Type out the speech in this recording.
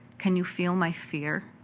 can you feel my fear?